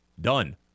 Done